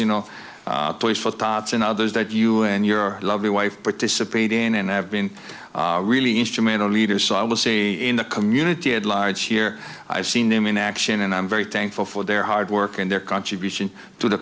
you know toys for tots and others that you and your lovely wife participate in and have been really instrumental leaders so i will see in the community at large here i've seen them in action and i'm very thankful for their hard work and their contribution to the